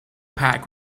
pack